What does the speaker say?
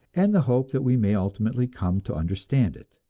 and the hope that we may ultimately come to understand it.